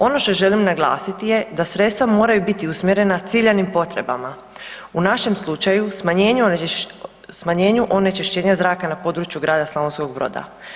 Ono što želim naglasiti je da sredstva moraju biti usmjerena ciljanim potrebama u našem slučaju smanjenju onečišćenja zraka na području Grada Slavonskog Broda.